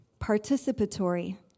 participatory